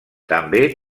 també